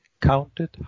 counted